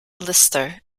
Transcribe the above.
lister